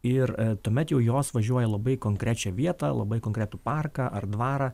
ir tuomet jau jos važiuoja į labai konkrečią vietą labai konkretų parką ar dvarą